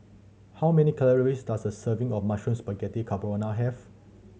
how many calories does a serving of Mushroom Spaghetti Carbonara have